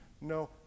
No